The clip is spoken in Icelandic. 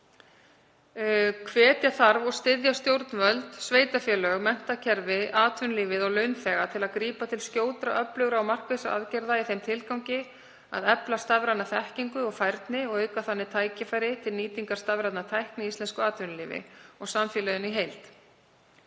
Hvetja þarf og styðja stjórnvöld, sveitarfélög, menntakerfið, atvinnulífið og launþega til að grípa til skjótra, öflugra og markvissra aðgerða í þeim tilgangi að efla stafræna þekkingu og færni og auka þannig tækifæri til nýtingar stafrænnar tækni í íslensku atvinnulífi og samfélaginu í heild.